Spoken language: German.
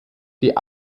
die